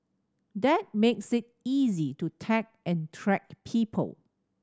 that makes it easy to tag and track people